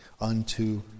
unto